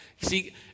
See